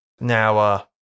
now